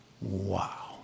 Wow